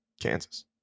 Kansas